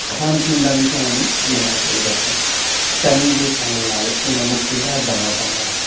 ਖਾਣ ਪੀਣ ਦਾ ਵੀ ਧਿਆਨ ਦੇਣਾ ਚਾਹੀਦਾ ਹੈ ਟਾਈਮ ਦੇ ਟਾਈਮ ਨਾਲ ਉਹਨਾਂ ਨੂੰ ਕਿਹੜਾ ਦਾਣਾ ਪਾਉਣਾ